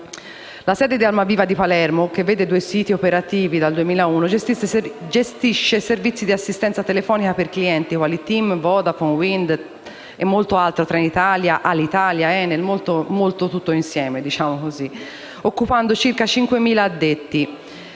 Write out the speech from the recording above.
La sede Almaviva di Palermo, che vede due siti operativi dal 2001, gestisce i servizi di assistenza telefonica per clienti quali TIM, Vodafone, Wind e molti altri, quali Alitalia, Trenitalia ed ENI, occupando circa 5.000 addetti.